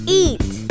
eat